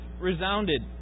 resounded